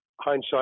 Hindsight